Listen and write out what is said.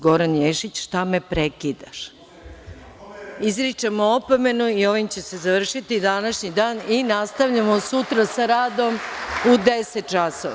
Goran Ješić: „Šta me prekidaš?“ Izričem mu opomenu i ovom će se završiti današnji dan i nastavljamo sutra sa radom u 10 časova.